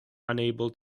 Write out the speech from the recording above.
unable